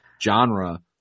genre